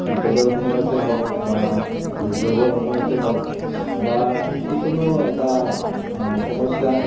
বিপদৰ সময়তে হওক বা দুৰ্যোগৰ সময়তে হওক বা যিকোনো এটা সমস্যা